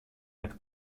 mit